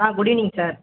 ah good evening sir